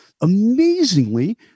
Amazingly